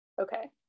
okay